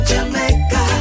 Jamaica